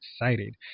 excited